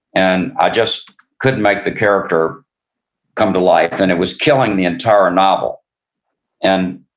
and i just couldn't make the character come to life, and it was killing the entire novel and